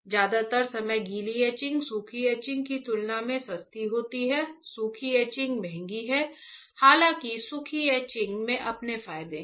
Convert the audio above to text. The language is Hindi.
ज्यादातर समय गीली एचिंग सूखी एचिंग की तुलना में सस्ती होती है सूखी एचिंग महंगी है हालांकि सूखी एचिंग के अपने फायदे हैं